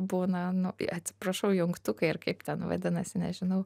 būna nu atsiprašau jungtukai ar kaip ten vadinasi nežinau